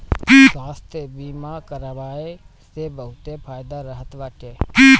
स्वास्थ्य बीमा करवाए से बहुते फायदा रहत बाटे